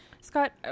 Scott